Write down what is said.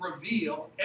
reveal